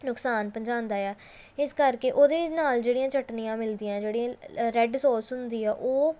ਨੁਕਸਾਨ ਪਹੁੰਚਾਉਂਦਾ ਆ ਇਸ ਕਰਕੇ ਉਹਦੇ ਨਾਲ ਜਿਹੜੀਆਂ ਚਟਣੀਆਂ ਮਿਲਦੀਆਂ ਜਿਹੜੀਆਂ ਰੈਡ ਸੋਸ ਹੁੰਦੀ ਆ ਉਹ